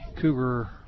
Cougar